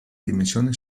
dimensione